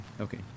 Okay